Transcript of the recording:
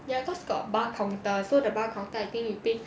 ya cause got bar counter so the bar counter I think you take